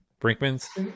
brinkman's